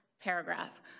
paragraph